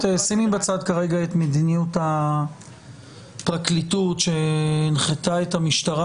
שימי בצד כרגע את מדיניות הפרקליטות שהנחתה את המשטרה